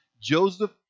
Joseph